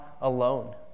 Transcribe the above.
alone